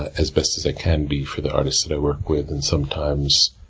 as best as i can be for the artists that i work with, and sometimes,